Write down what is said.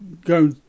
go